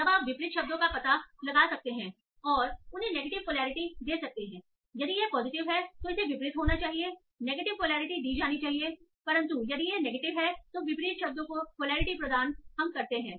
तब आप विपरीत शब्दों का पता लगा सकते हैं और उन्हें नेगेटिव पोलैरिटी दे सकते हैं यदि यह पॉजिटिव है तो इसे विपरीत होना चाहिए नेगेटिव पोलैरिटी दी जानी चाहिए यदि यह नेगेटिव है तो विपरीत शब्दों पॉजिटिव पोलैरिटी प्रदान करते हैं